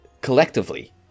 Collectively